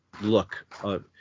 look